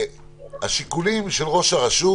השיקולים של ראש הרשות